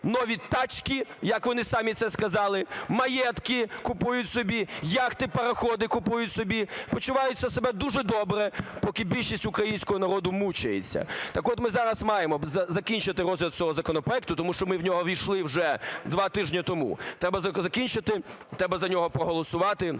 нові тачки, як вони самі це сказали, маєтки купують собі, яхти, пароходи купують собі, почувають себе дуже добре, поки більшість українського народу мучається. Так от ми зараз маємо закінчити розгляд цього законопроекту, тому що ми в нього ввійшли вже 2 тижні тому. Треба закінчити, треба за нього проголосувати.